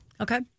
Okay